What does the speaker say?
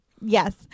Yes